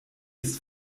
ist